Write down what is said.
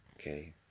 Okay